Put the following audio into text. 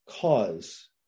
cause